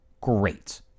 great